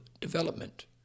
development